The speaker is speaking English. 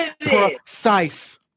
precise